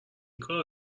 کارا